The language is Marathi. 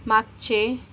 मागचे